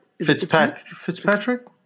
Fitzpatrick